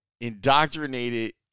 indoctrinated